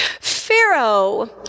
Pharaoh